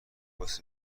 کوس